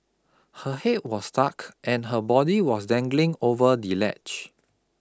her head was stuck and her body was dangling over the ledge